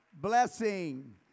blessing